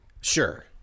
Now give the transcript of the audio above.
Sure